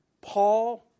Paul